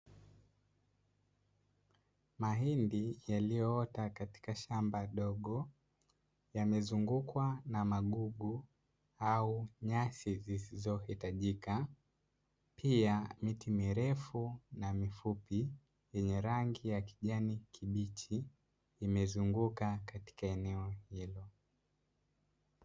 Mahindi yaliyoota katika shamba dogo, yamezungukwa na magugu au nyasi zisizohitajika, pia miti mirefu na mifupi yenye rangi ya kijani kibichi imezunguka eneo hilo.